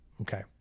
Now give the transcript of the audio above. Okay